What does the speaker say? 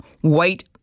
White